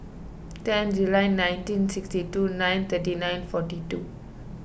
ten July nineteen sixty two nine thirty nine forty two